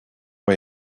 way